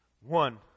one